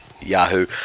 Yahoo